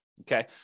okay